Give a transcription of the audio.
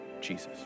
Jesus